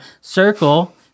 Circle